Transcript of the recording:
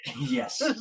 yes